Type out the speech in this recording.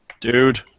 Dude